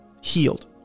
healed